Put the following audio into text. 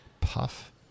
puff